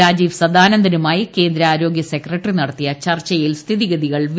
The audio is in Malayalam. രാജീവ് സദാനന്ദനുമായി കേന്ദ്ര ആരോഗ്യസെക്രട്ടറി നടത്തിയ ചർച്ചയിൽ സ്ഥിതിഗതികൾ വിലയിരുത്തി